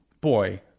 Boy